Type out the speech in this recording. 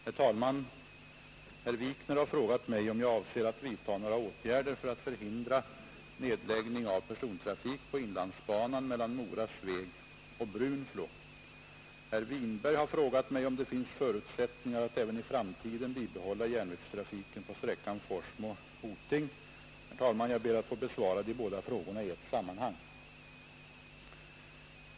Herr talman! Herr Wikner har frågat mig om jag avser att vidta några åtgärder för att förhindra nedläggning av persontrafik på inlandsbanan mellan Mora, Sveg och Brunflo. Herr Winberg har frågat mig om det finns förutsättningar att även i framtiden bibehålla järnvägstrafiken på sträckan Forsmo Hoting. Jag ber att få besvara de båda frågorna i ett sammanhang.